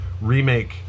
remake